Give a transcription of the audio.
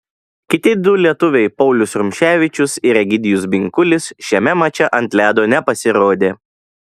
kiti du lietuviai paulius rumševičius ir egidijus binkulis šiame mače ant ledo nepasirodė